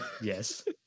yes